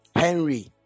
Henry